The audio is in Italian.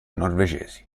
norvegesi